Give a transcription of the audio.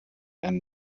and